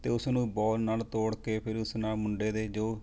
ਅਤੇ ਉਸਨੂੰ ਬੋਲ ਨਾਲ ਤੋੜਕੇ ਫਿਰ ਉਸ ਨਾਲ ਮੁੰਡੇ ਦੇ ਜੋ